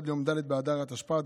עד ליום די באדר בי התשפ"ד,